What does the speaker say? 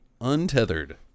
Untethered